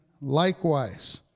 likewise